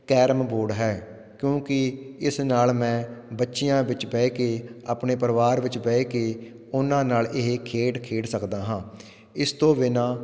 carrom board ਹੈ ਕਿਉਂਕਿ ਇਸ ਨਾਲ ਮੈਂ ਬੱਚਿਆਂ ਵਿੱਚ ਬਹਿ ਕੇ ਆਪਣੇ ਪਰਿਵਾਰ ਵਿੱਚ ਬਹਿ ਕੇ ਉਹਨਾਂ ਨਾਲ ਇਹ ਖੇਡ ਖੇਡ ਸਕਦਾ ਹਾਂ ਇਸ ਤੋਂ ਬਿਨਾਂ